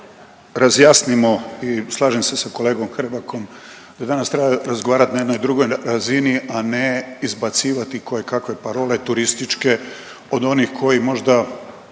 razjasnimo i slažem se sa kolegom Hrebakom da danas treba razgovarat na jednoj drugoj razini, a ne izbacivati kojekakve parole turističke od onih koji možda